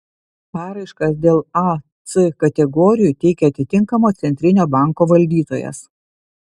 paraiškas dėl a c kategorijų teikia atitinkamo centrinio banko valdytojas